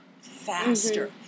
faster